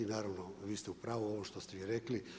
Naravno vi ste u pravu ovo što ste vi rekli.